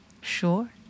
Sure